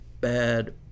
bad